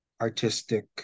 artistic